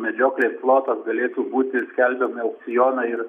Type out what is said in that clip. medžioklės plotas galėtų būti skelbiami aukcionai ir